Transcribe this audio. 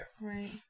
right